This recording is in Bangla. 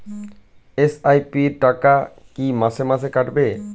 এস.আই.পি র টাকা কী মাসে মাসে কাটবে?